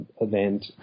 event